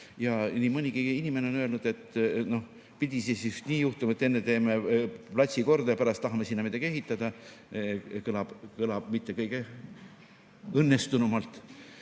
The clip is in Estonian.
ja nii mõnigi inimene on öelnud, et pidi see siis nii juhtuma, et enne teeme platsi korda ja pärast tahame sinna midagi ehitada – kõlab mitte kõige õnnestunumalt.